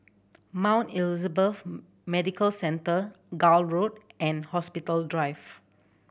Mount Elizabeth Medical Centre Gul Road and Hospital Drive